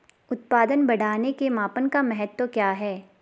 उत्पादन बढ़ाने के मापन का महत्व क्या है?